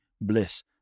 bliss